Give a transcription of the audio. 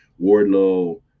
Wardlow